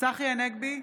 צחי הנגבי,